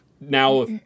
now